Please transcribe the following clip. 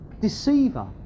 deceiver